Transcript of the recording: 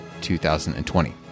2020